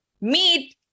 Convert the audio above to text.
meat